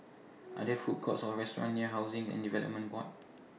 Are There Food Courts Or restaurants near Housing and Development Board